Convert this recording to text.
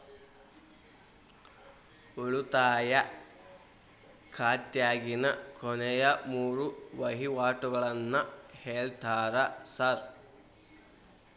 ಉಳಿತಾಯ ಖಾತ್ಯಾಗಿನ ಕೊನೆಯ ಮೂರು ವಹಿವಾಟುಗಳನ್ನ ಹೇಳ್ತೇರ ಸಾರ್?